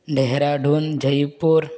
Dehradun Jaipur